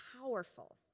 powerful